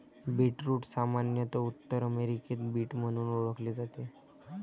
beetroot सामान्यत उत्तर अमेरिकेत बीट म्हणून ओळखले जाते